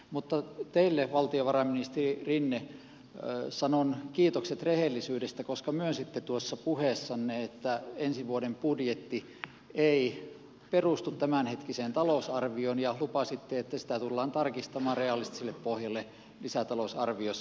mutta teille valtiovarainministeri rinne sanon kiitokset rehellisyydestä koska myönsitte puheessanne että ensi vuoden budjetti ei perustu tämänhetkiseen talousarvioon ja lupasitte että sitä tullaan tarkistamaan realistiselle pohjalle lisätalousarviossa